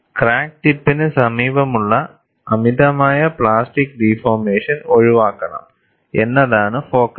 crack ടിപ്പിന് സമീപമുള്ള അമിതമായ പ്ലാസ്റ്റിക് ഡിഫോർമേഷൻ ഒഴിവാക്കണം എന്നതാണ് ഫോക്കസ്